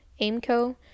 AIMCO